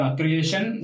creation